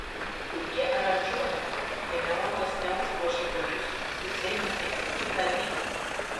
puiki aranžuotė generolas neužgožė choristų jūs einate į kitą lygį